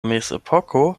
mezepoko